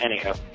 Anyhow